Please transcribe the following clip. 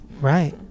right